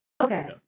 Okay